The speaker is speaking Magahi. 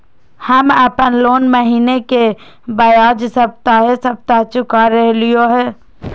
हम अप्पन लोन महीने के बजाय सप्ताहे सप्ताह चुका रहलिओ हें